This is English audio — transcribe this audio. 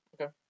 Okay